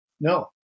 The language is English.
No